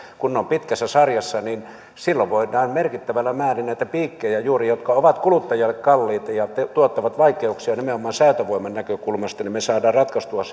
kun ne ovat pitkässä sarjassa niin silloin voidaan merkittävässä määrin juuri näitä piikkejä jotka ovat kuluttajalle kalliita ja tuottavat vaikeuksia nimenomaan säätövoiman näkökulmasta saada ratkaistua